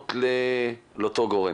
לפנות לאותו גורם.